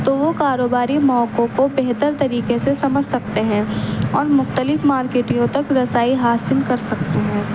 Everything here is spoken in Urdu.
تو وہ کاروباری موقعوں کو بہتر طریقے سے سمجھ سکتے ہیں اور مختلف مارکیٹیوں تک رسائی حاصل کر سکتے ہیں